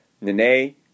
Nene